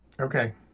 Okay